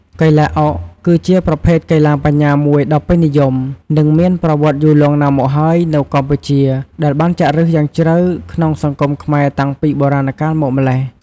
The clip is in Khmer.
កីឡាអុកគឺជាប្រភេទកីឡាបញ្ញាមួយដ៏ពេញនិយម និងមានប្រវត្តិយូរលង់ណាស់មកហើយនៅកម្ពុជា ដែលបានចាក់ឫសយ៉ាងជ្រៅក្នុងសង្គមខ្មែរតាំងពីបុរាណកាលមកម៉្លេះ។